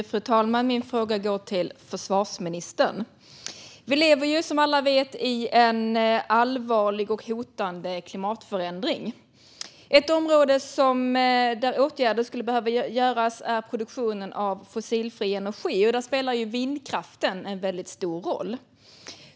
Fru talman! Min fråga går till försvarsministern. Vi lever som alla vet i en allvarlig och hotande klimatförändring. Ett område där åtgärder skulle behövas är produktionen av fossilfri energi, och där spelar vindkraften väldigt stor roll.